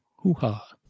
Hoo-ha